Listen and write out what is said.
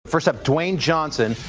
first up, dwayne johnson.